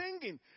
singing